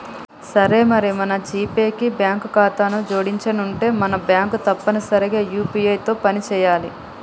సరే మరి మన జీపే కి బ్యాంకు ఖాతాను జోడించనుంటే మన బ్యాంకు తప్పనిసరిగా యూ.పీ.ఐ తో పని చేయాలి